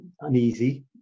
uneasy